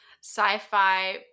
sci-fi